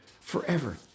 forever